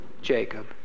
Jacob